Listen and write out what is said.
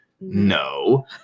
No